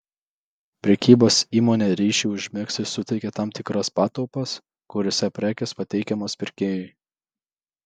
prekybos įmonė ryšiui užmegzti suteikia tam tikras patalpas kuriose prekės pateikiamos pirkėjui